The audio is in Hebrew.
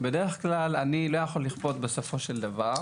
בדרך כלל אני לא יכול לכפות בסופו של דבר.